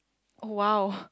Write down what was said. oh !wow!